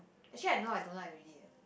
actually I know I don't like already leh